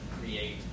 create